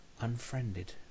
Unfriended